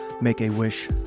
Make-A-Wish